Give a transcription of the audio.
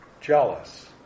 jealous